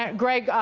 greg,